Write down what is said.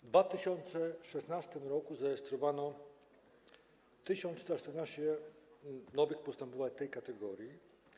W 2016 r. zarejestrowano 1114 nowych postępowań tej kategorii.